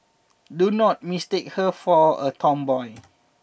do not mistake her for a tomboy